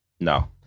No